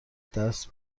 دست